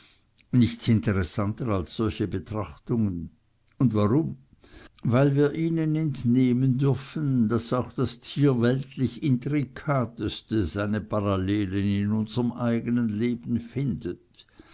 nichts interessanter als solche betrachtungen und warum weil wir ihnen entnehmen dürfen daß auch das tierweltlich intrikateste seine parallelstellen in unserem eigenen leben findet